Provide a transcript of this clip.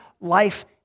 life